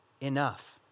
enough